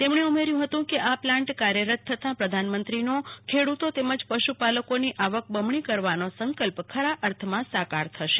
તેમણે ઉમેર્થુ હતું કે આ પ્લાટ કાર્યરત થતાં પ્રધાનમંત્રીનો ખેડુ તો તેમજ પશુ પાલકોની આવક બમણી કરવાનો સંકલ્પ ખરા અર્થમાં સાકાર થશે